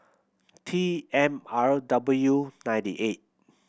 T M R W ninety eight